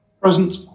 Present